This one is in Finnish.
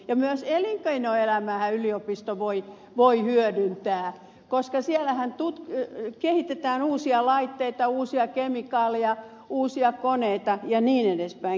myös elinkeinoelämää yliopisto voi hyödyttää koska siellähän kehitetään uusia laitteita uusia kemikaaleja uusia koneita ja niin edelleen